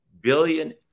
billion